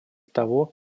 того